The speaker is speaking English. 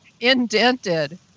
indented